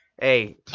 Hey